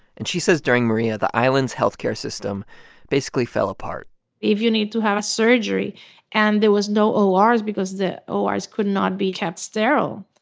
and she says during maria, the island's health care system basically fell apart if you need to have a surgery and there was no ors because the ors could not be kept sterile,